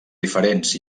diferents